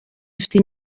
mfite